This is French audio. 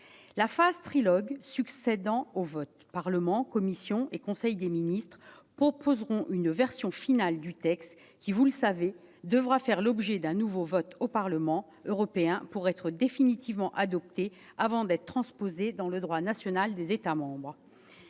La phase du trilogue succédant au vote, Parlement, Commission et Conseil des ministres proposeront une version finale du texte, qui, comme vous le savez, devra faire l'objet d'un nouveau vote au Parlement européen pour être définitivement adopté, avant d'être transposé dans le droit national des États membres.